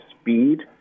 speed